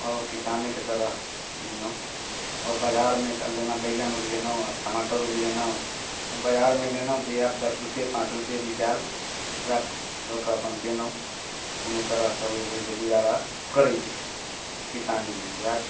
आओर किसानेके तरह जिनौ आओर बजारमे जेना बैगन उपजेनौ आओर टमाटर उपजेनौ ओ बजारमे लेनौ इएह दस रुपए पाँच रुपये बिकैल वएह लअ कऽ अपन गेनौ कोनो तरहसँ बुझु जे गुजारा करै छी किसानीमे वएह